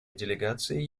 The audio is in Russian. делегации